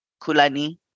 Kulani